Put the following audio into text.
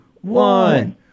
one